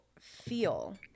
feel